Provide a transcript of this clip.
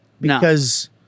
Because-